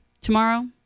tomorrow